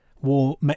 war